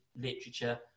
literature